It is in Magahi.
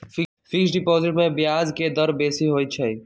फिक्स्ड डिपॉजिट में ब्याज के दर बेशी होइ छइ